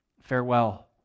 Farewell